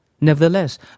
Nevertheless